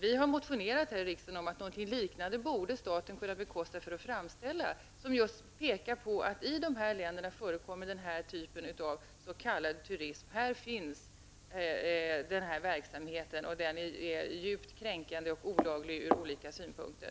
Vi har motionerat i riksdagen om att staten borde kunna bekosta något liknande där man pekar på att denna typ av s.k. turism förekommer i dessa länder och att denna verksamhet är djupt kränkande och olaglig ur olika synpunkter.